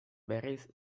berriz